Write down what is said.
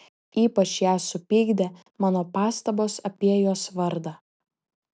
ypač ją supykdė mano pastabos apie jos vardą